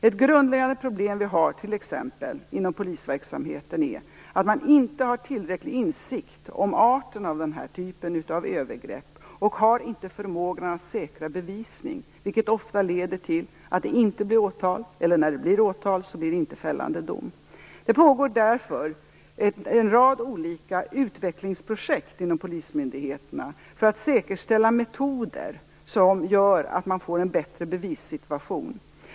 Ett grundläggande problem vi har i dag inom polisverksamheten är att man inte har tillräcklig insikt om arten av denna typ av övergrepp och inte förmågan att säkra bevisning, vilket ofta leder till att det inte blir åtal eller att det inte blir fällande dom när det blir åtal. Det pågår en rad olika utvecklingsprojekt inom polismyndigheterna för att säkerställa metoder som gör att man får en bättre bevissituation.